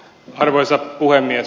arvoisa puhemies